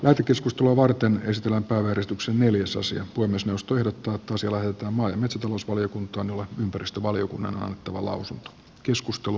tätä keskustelua varten ristillä päiväristuksen neljäsosia voi puhemiesneuvosto ehdottaa että asia lähetetään maa ja metsätalousvaliokuntaan jolle ympäristövaliokunnan on annettava lausunto